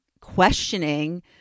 questioning